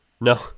No